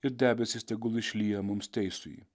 ir debesys tegul išlyja mums teisųjį